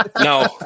No